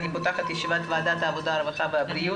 אני פותחת את ישיבת ועדת העבודה הרווחה והבריאות,